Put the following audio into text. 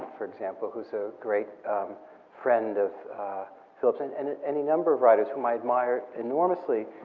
for example, who's a great friend of philip's. and and any number of writers whom i admire enormously.